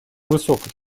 высокой